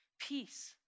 peace